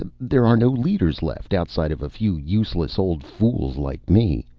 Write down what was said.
there are no leaders left, outside of a few useless old fools like me.